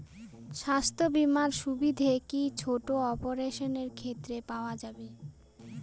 স্বাস্থ্য বীমার সুবিধে কি ছোট অপারেশনের ক্ষেত্রে পাওয়া যাবে?